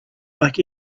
like